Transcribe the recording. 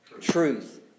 truth